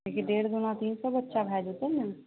डेढ़ दूना तीन सए बच्चा भए जेतै ने